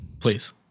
Please